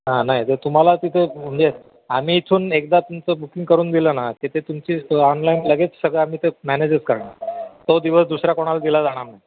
हां नाही तर तुम्हाला तिथे म्हणजे आम्ही इथून एकदा तुमचं बुकिंग करून दिलं ना तिथे तुमची ऑनलाईन लगेच सगळं आम्ही ते मॅनेजच करणार तो दिवस दुसरा कोणाला दिला जाणार नाही